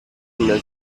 nel